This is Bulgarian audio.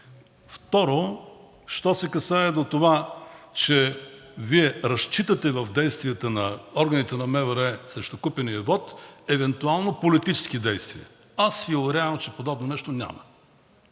Второ. Що се касае до това, че Вие разчитате в действията на органите на МВР срещу купения вот евентуално политически действия, аз Ви уверявам, че подобно нещо няма.